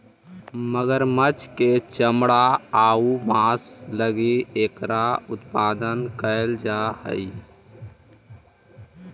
मगरमच्छ के चमड़ा आउ मांस लगी एकरा उत्पादन कैल जा हइ